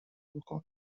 بکن